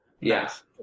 yes